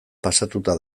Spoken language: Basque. pasatuta